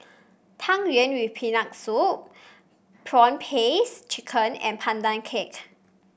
Tang Yuen with Peanut Soup prawn paste chicken and Pandan Cake